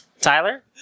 Tyler